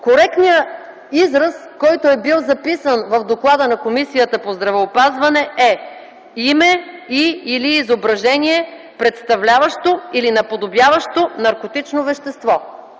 Коректният израз, който е бил записан в доклада на Комисията по здравеопазването, е: „име и/или изображение, представляващо или наподобяващо наркотично вещество”.